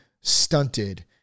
stunted